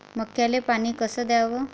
मक्याले पानी कस द्याव?